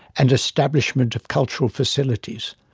and establishment of cultural facilities.